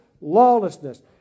lawlessness